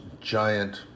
giant